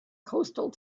coastal